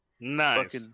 nice